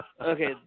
Okay